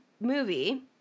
movie